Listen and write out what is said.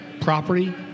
property